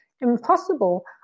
impossible